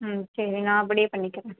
ம் சரி நான் அப்படியே பண்ணிக்கிறேன்